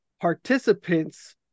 participants